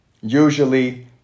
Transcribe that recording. usually